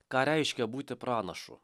ką reiškia būti pranašu